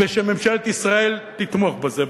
ושממשלת ישראל תתמוך בזה,